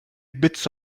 bits